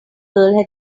girl